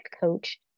coach